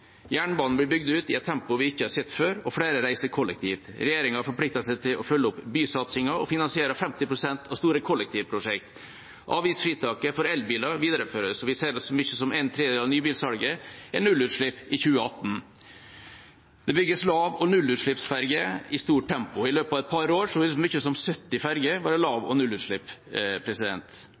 Jernbanen blir bygd ut i et tempo vi ikke har sett før, og flere reiser kollektivt. Regjeringa har forpliktet seg til å følge opp bysatsingen og finansierer 50 pst. av store kollektivprosjekt. Avgiftsfritaket for elbiler videreføres, og i 2018 har vi sett at så mye som en tredjedel av nybilsalget utgjøres av nullutslippsbiler. Det bygges lav- og nullutslippsferger i stort tempo. I løpet av et par år vil så mye som 70 ferger være lav- og